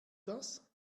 das